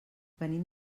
venim